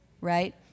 right